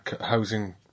housing